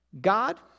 God